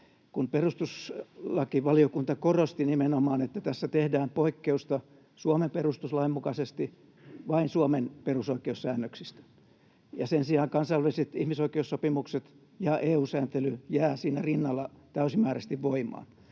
kun perustuslakivaliokunta korosti nimenomaan, että tässä tehdään poikkeusta Suomen perustuslain mukaisesti vain Suomen perusoikeussäännöksistä. Sen sijaan kansainväliset ihmisoikeussopimukset ja EU-sääntely jäävät siinä rinnalla täysimääräisesti voimaan.